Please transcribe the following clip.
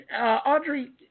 Audrey